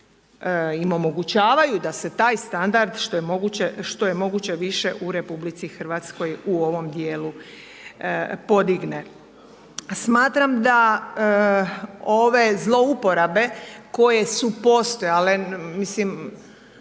im omogućavaju da se taj standard, što je moguće, što je moguće više u RH u ovom dijelu podigne. Smatram da ove zlouporabe koje su postojale, mislim,